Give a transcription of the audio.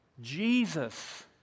Jesus